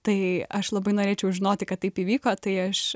tai aš labai norėčiau žinoti kad taip įvyko tai aš